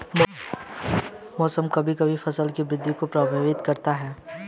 मौसम कभी कभी फसल की वृद्धि को प्रभावित करता है